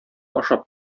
ашап